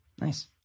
Nice